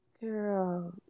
Girl